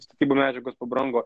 statybų medžiagos pabrango